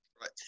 right